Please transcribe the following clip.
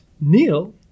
Neil